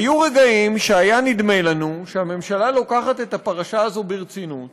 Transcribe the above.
היו רגעים שהיה נדמה לנו שהממשלה לוקחת את הפרשה הזו ברצינות